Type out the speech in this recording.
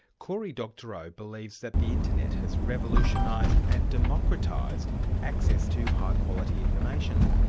cory doctorow believes that the internet has revolutionised and democratised access to high quality information.